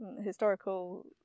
historical